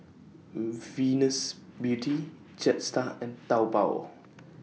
Venus Beauty Jetstar and Taobao